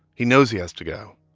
he knows he has to go.